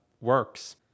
works